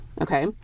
Okay